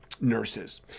nurses